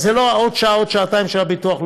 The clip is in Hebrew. אז זה לא עוד שעה, עוד שעתיים של הביטוח הלאומי,